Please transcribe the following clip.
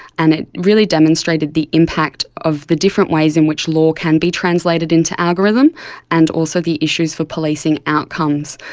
and it really demonstrated the impact of the different ways in which law can be translated into algorithm and also the issues for policing outcomes.